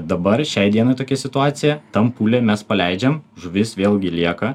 dabar šiai dienai tokia situacija tam pūle mes paleidžiam žuvis vėlgi lieka